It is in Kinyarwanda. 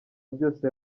byose